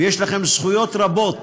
יש לכם זכויות רבות